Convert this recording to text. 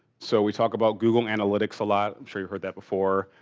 so, we talked about google analytics a lot. i'm sure you heard that before.